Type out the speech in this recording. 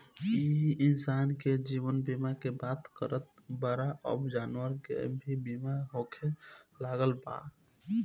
तू इंसान के जीवन बीमा के बात करत बाड़ऽ अब जानवर के भी बीमा होखे लागल बा